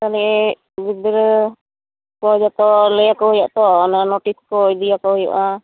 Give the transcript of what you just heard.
ᱛᱟᱦᱚᱞᱮ ᱜᱤᱫᱽᱨᱟᱹ ᱠᱚ ᱡᱚᱛᱚ ᱞᱟᱹᱭᱟᱠᱚ ᱦᱩᱭᱩᱜᱼᱟ ᱛᱚ ᱚᱱᱮ ᱱᱚᱴᱤᱥ ᱠᱚ ᱤᱫᱤᱭᱟᱠᱚ ᱦᱩᱭᱩᱜᱼᱟ